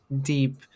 deep